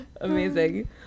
Amazing